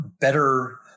better